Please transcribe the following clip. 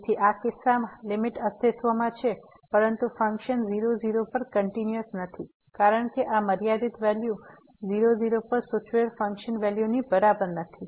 તેથી આ કિસ્સામાં લીમીટ અસ્તિત્વમાં છે પરંતુ ફંક્શન 00 પર કંટીન્યુઅસ નથી કારણ કે આ મર્યાદિત વેલ્યુ 00 પર સૂચવેલ ફંકશન વેલ્યુની બરાબર નથી